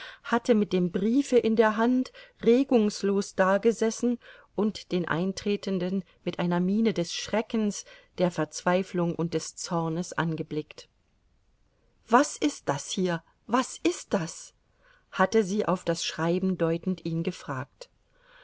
hatte mit dem briefe in der hand regungslos dagesessen und den eintretenden mit einer miene des schreckens der verzweiflung und des zornes angeblickt was ist das hier was ist das hatte sie auf das schreiben deutend ihn gefragt